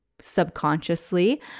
subconsciously